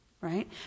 right